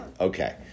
Okay